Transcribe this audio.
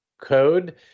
code